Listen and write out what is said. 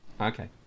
Okay